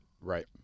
Right